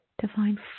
divine